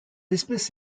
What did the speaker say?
espèce